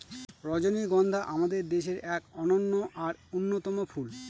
রজনীগন্ধা আমাদের দেশের এক অনন্য আর অন্যতম ফুল